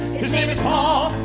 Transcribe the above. his name is paul.